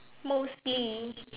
mostly